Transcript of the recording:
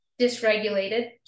dysregulated